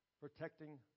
protecting